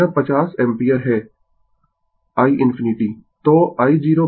तो यह 50 एम्पीयर है I ∞